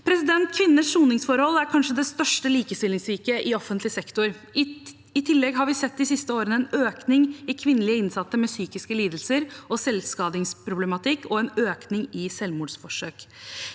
Kvinners soningsforhold er kanskje det største likestillingssviket i offentlig sektor. I tillegg har vi de siste årene sett en økning i antallet kvinnelige innsatte med psykiske lidelser og selvskadingsproblematikk og en økning i selvmordsforsøk.